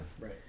Right